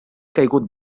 caigut